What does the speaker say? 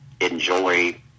enjoy